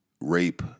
rape